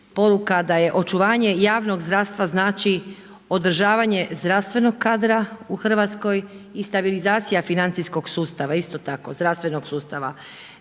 da je očuvanje javnog zdravstva znači održavanje zdravstvenog kadra u Hrvatskoj i stabilizacija financijskog sustava isto tako zdravstvenog sustava.